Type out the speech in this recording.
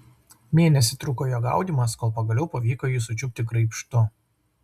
mėnesį truko jo gaudymas kol pagaliau pavyko jį sučiupti graibštu